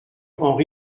henri